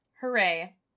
Hooray